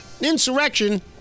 Insurrection